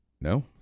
no